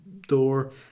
door